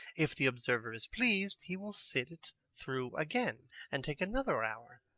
if the observer is pleased, he will sit it through again and take another hour.